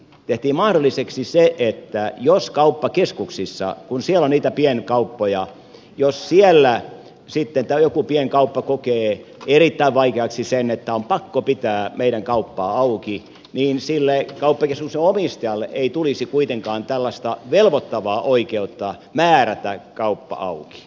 tehtiin mahdolliseksi se että jos kauppakeskuksissa kun siellä on niitä pienkauppoja joku pienkauppa kokee erittäin vaikeaksi sen että on pakko pitää meidän kauppaamme auki niin sille kauppakeskuksen omistajalle ei tulisi kuitenkaan tällaista velvoittavaa oikeutta määrätä pitämään kauppa auki